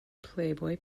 playboy